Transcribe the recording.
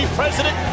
president